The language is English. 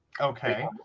Okay